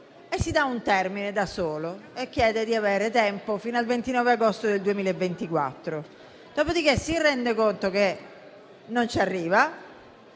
e si dà un termine da solo: chiede di avere tempo fino al 29 agosto 2024. Dopodiché, si rende conto di non arrivarci